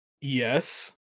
Yes